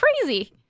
crazy